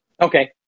Okay